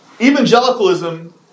evangelicalism